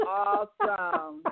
awesome